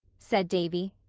said davy.